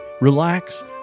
relax